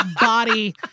body